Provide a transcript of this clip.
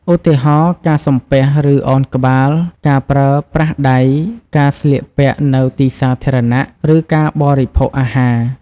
ឧទាហរណ៍ ការសំពះ ឬឱនក្បាល ការប្រើប្រាស់ដៃ ការស្លៀកពាក់នៅទីសាធារណៈ ឬការបរិភោគអាហារ។